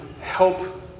help